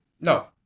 No